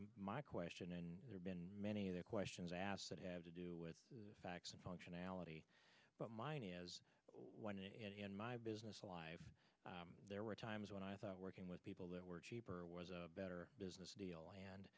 my question and there's been many other questions asked that have to do with facts and functionality but mine is one of my business alive there were times when i thought working with people that were cheaper was a better business deal and